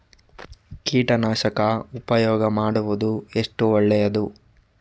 ಕೀಟನಾಶಕ ಉಪಯೋಗ ಮಾಡುವುದು ಎಷ್ಟು ಒಳ್ಳೆಯದು?